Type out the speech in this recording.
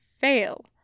fail